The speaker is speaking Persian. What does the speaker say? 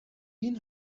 بین